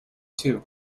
too